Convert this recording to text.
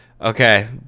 Okay